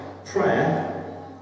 Prayer